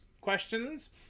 questions